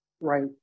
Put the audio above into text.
right